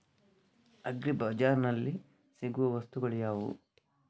Agri ಬಜಾರ್ನಲ್ಲಿ ಸಿಗುವ ವಸ್ತುಗಳು ಯಾವುವು?